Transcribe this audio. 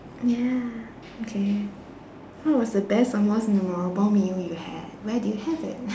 ya okay what was the best or most memorable meal you had where did you have it